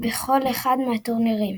בכל אחד מהטורנירים